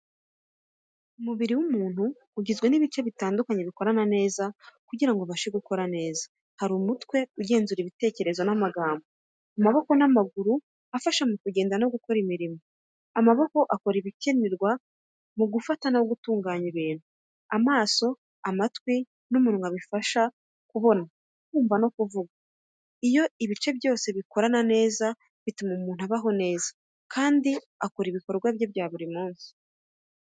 Umubiri w’umuntu ugizwe n’ibice bitandukanye bikorana neza kugira ngo ubashe gukora neza. Hari umutwe ugenzura ibitekerezo n’amagambo, amaboko n’amaguru afasha mu kugenda no gukora imirimo, amaboko akora ibikenerwa mu gufata no gutunganya ibintu, amaso, amatwi, n’umunwa bifasha kubona, kumva no kuvuga. Iyo ibice byose bikorana neza, bituma umuntu abaho neza, kandi akora ibikorwa bye bya buri munsi.